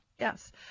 yes